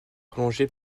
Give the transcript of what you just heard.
prolongé